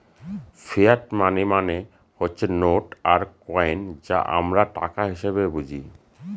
fiat money মানে হচ্ছে note আর কয়েন যা আমরা টাকা হিসেবে বুঝি